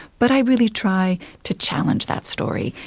but i really try to challenge that story.